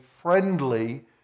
friendly